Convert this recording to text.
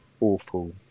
awful